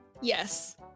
Yes